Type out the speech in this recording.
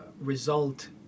result